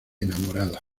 enamorada